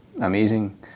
amazing